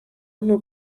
nhw